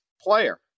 player